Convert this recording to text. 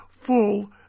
full